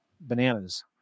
bananas